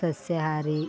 ಸಸ್ಯಾಹಾರಿ